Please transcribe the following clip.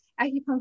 acupuncture